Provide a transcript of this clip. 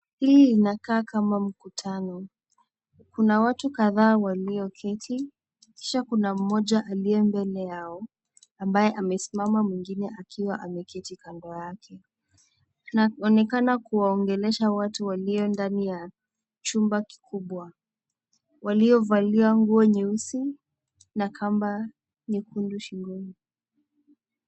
Hili linakaa kama mkutano. Kuna watu kadhaa walioketi kisha kuna mmoja aliye mbele yao ambaye amesimama mwingine akiwa ameketi kando yake. Inaonekana kuwaongelesha watu waliye kaa ndani ya chumba kikubwa waliovalia nguo nyeusi na kamba nyekundu shingoni.